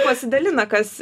pasidalina kas